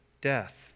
death